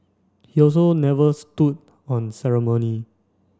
he also never stood on ceremony